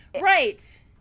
right